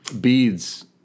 beads